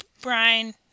Brian